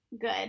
good